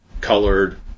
colored